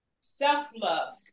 Self-love